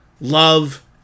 love